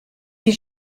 die